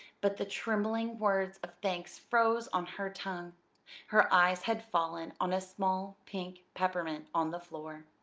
but the trembling words of thanks froze on her tongue her eyes had fallen on a small pink peppermint on the floor.